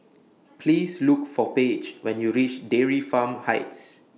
Please Look For Page when YOU REACH Dairy Farm Heights